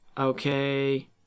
Okay